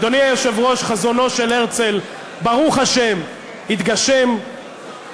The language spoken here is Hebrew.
אדוני היושב-ראש, חזונו של הרצל, ברוך השם, התגשם,